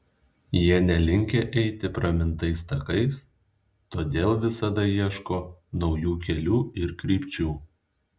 jie nelinkę eiti pramintais takais todėl visada ieško naujų kelių ir krypčių